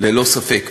ללא ספק.